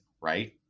right